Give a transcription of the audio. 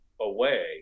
away